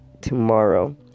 tomorrow